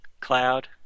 cloud